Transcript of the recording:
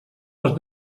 les